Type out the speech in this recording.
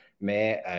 mais